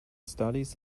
studies